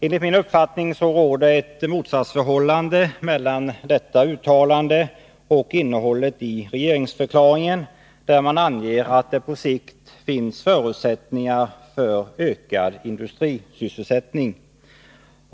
Enligt min mening råder ett motsatsförhållande mellan detta uttalande och innehållet i regeringsförkla ringen, där man anger att det på sikt finns förutsättningar för ökad industrisysselsättning.